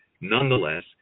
Nonetheless